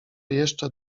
jeszcze